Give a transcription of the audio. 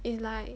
it's like